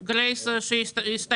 של גרייס שהסתיימו,